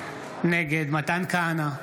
נגד מתן כהנא,